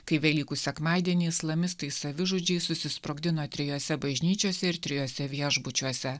kai velykų sekmadienį islamistai savižudžiai susisprogdino trijose bažnyčiose ir trijuose viešbučiuose